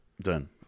Done